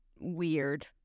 weird